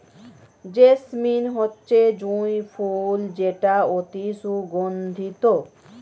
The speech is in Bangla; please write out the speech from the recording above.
জেসমিন হচ্ছে জুঁই ফুল যেটা অতি সুগন্ধিত